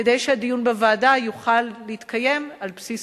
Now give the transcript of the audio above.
כדי שהדיון בוועדה יוכל להתקיים על בסיס